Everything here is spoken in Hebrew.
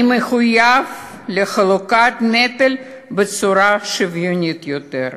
אני מחויב לחלוקת הנטל בצורה שוויונית יותר,